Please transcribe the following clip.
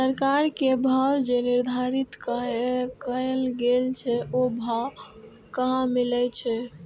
सरकार के भाव जे निर्धारित कायल गेल छै ओ भाव कहाँ मिले छै?